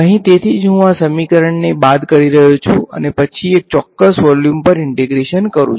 અહીં તેથી જ હું આ સમીકરણને બાદ કરી રહ્યો છું અને પછી એક ચોક્કસ વોલ્યુમ પર ઈંટેગ્રેશન કરું છું